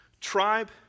tribe